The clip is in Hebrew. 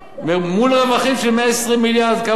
עשר שנים, מול רווחים של 120 מיליארד, כמה גבינו?